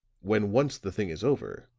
when once the thing is over,